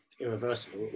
irreversible